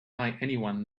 anyone